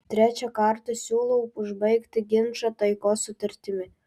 trečią kartą siūlau užbaigti ginčą taikos sutartimi